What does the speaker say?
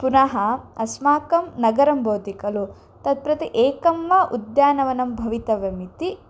पुनः अस्माकं नगरं भवति खलु तत् प्रति एकं वा उद्यानवनं भवितव्यम् इति